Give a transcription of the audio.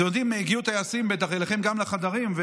אתם יודעים, הגיעו טייסים, בטח גם לחדרים שלכם.